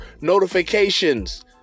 notifications